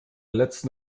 letzten